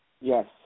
Yes